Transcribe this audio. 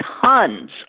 tons